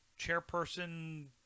chairperson